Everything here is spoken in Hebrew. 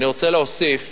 אני רוצה להוסיף